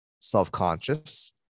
self-conscious